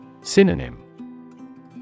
Synonym